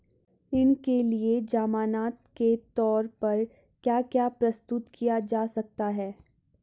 ऋण के लिए ज़मानात के तोर पर क्या क्या प्रस्तुत किया जा सकता है?